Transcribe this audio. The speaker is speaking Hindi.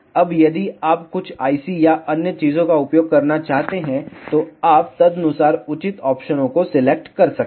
अब यदि आप कुछ IC या अन्य चीजों का उपयोग करना चाहते हैं तो आप तदनुसार उचित ऑप्शनों को सिलेक्ट कर सकते हैं